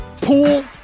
pool